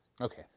Okay